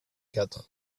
quatre